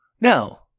no